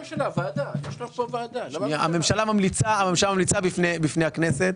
הממשלה ממליצה בפני הכנסת,